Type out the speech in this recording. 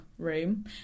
room